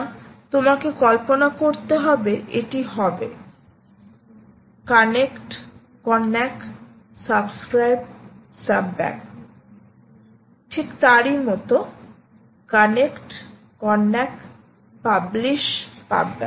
সুতরাং তোমাকে কল্পনা করতে হবে এটি হবে কানেক্ট কন্নাক সাবস্ক্রাইব SUBACK ঠিক তার ই মতো কানেক্ট কন্নাক পাবলিশ PUBACK